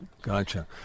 Gotcha